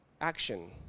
action